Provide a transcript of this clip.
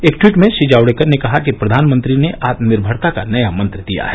एक टवीट में श्री जावडेकर ने कहा कि प्रधानमंत्री ने आत्मनिर्भरता का नया मंत्र दिया है